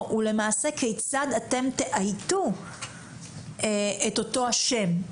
הוא למעשה כיצד אתם תאייתו את אותו השם.